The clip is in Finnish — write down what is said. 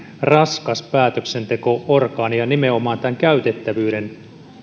raskas päätöksenteko orgaani ja nimenomaan tämän käytettävyyden